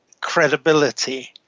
credibility